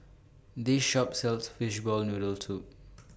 This Shop sells Fishball Noodle Soup